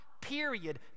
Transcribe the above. Period